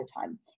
time